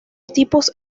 tipos